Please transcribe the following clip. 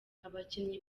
abakinnyi